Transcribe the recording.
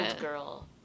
girl